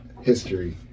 History